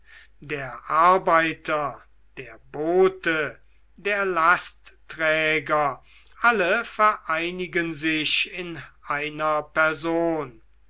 der arbeiter der bote der lastträger alle vereinigen sich in einer person